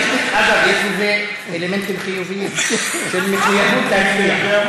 אגב, יש לזה אלמנטים חיוביים, של מחויבות להצביע.